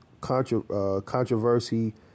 controversy